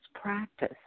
practice